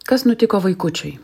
kas nutiko vaikučiui